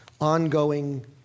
ongoing